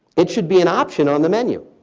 it should be an option on the menu.